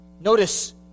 Notice